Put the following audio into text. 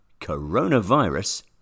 coronavirus